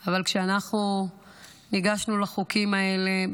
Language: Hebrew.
אבל כשאנחנו ניגשנו לחוקים האלה,